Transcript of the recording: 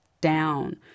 down